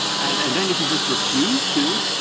and and then if he just refused to,